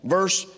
Verse